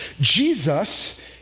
Jesus